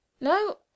no